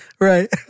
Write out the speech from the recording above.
Right